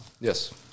Yes